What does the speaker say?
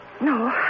No